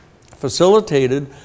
facilitated